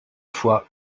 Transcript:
fois